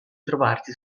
trovarsi